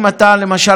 למשל